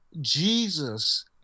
Jesus